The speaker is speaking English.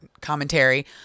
commentary